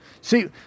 See